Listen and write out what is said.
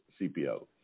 CPL